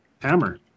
Hammer